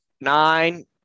Nine